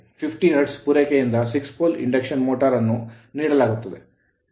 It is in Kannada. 50 hetz ಹರ್ಟ್ಜ್ ಪೂರೈಕೆಯಿಂದ 6 pole pole induction motor induction motor ಅನ್ನು ನೀಡಲಾಗುತ್ತದೆ